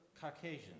Caucasian